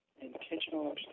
Intentional